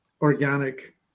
organic